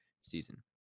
season